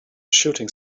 shooting